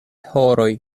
horoj